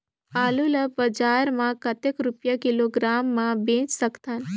आलू ला बजार मां कतेक रुपिया किलोग्राम म बेच सकथन?